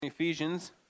Ephesians